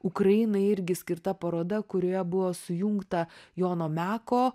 ukrainai irgi skirta paroda kurioje buvo sujungta jono meko